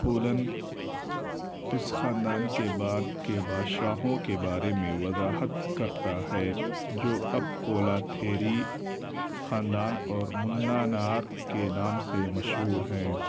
تھولن اس خاندان کے بعد کے بادشاہوں کے بارے میں وضاحت کرتا ہے جو اب کولاتھیری خاندان اور منا نار کے نام سے مشہور ہیں